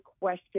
question